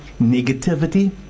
negativity